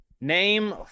Name